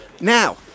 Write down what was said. Now